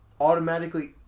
automatically